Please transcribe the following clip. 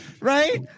Right